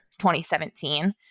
2017